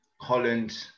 holland